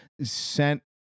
sent